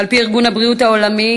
ועל-פי ארגון הבריאות העולמי,